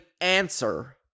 answer